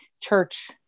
church